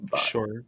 Sure